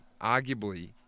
arguably